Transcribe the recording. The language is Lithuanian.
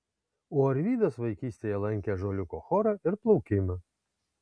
o arvydas vaikystėje lankė ąžuoliuko chorą ir plaukimą